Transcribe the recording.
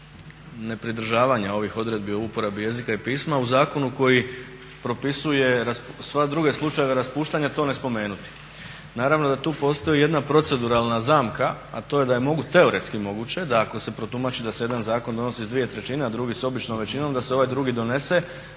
ne pridržavanja ovih odredbi o uporabi jezika i pisma u zakonu koji propisuje sve druge slučajeve raspuštanja to ne spomenuti. Naravno da tu postoji jedna proceduralna zamka, a to je da je teoretski moguće da ako se protumači da se jedan zakon donosi s 2/3, a drugi s običnom većinom da se ovaj drugi donese,a